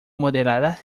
moderadas